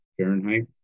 Fahrenheit